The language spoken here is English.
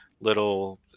little